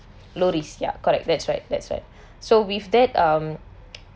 low risk ya correct that's right that's right so with that um